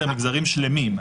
מגזרים שלמים.